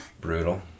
Brutal